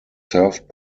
served